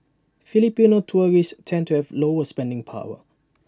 Filipino tourists tend to have lower spending power